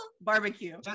Barbecue